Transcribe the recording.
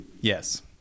Yes